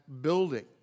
building